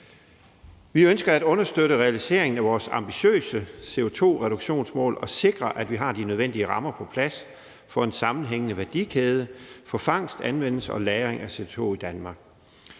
Vi ønsker at understøtte realiseringen af vores ambitiøse CO2-reduktionsmål og sikre, at vi har de nødvendige rammer på plads for en sammenhængende værdikæde for fangst, anvendelse og lagring af CO2 i Danmark.